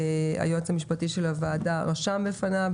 היועץ המשפטי של הוועדה רשם את זה בפניו,